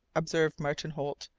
observed martin holt,